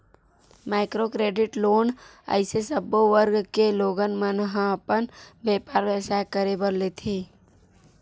micro credit loan अइसे सब्बो वर्ग के लोगन मन ह अपन बेपार बेवसाय करे बर लेथे